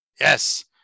Yes